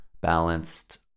balanced